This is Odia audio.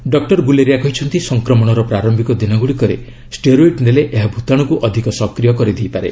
ଡକୁର ଗୁଲେରିଆ କହିଛନ୍ତି ସଂକ୍ରମଣର ପ୍ରାର୍ୟିକ ଦିନଗୁଡ଼ିକରେ ଷ୍ଟେରୋଇଡ୍ ନେଲେ ଏହା ଭୂତାଣୁକୁ ଅଧିକ ସକ୍ରିୟ କରିଦେଇପାରେ